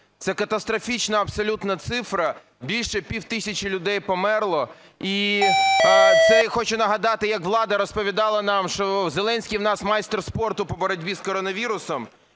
Це катастрофічна абсолютно цифра – більше пів тисячі людей померло. І це я хочу нагадати, як влада розповідала нам, що Зеленський у нас майстер спорту по боротьбі з коронавірусом.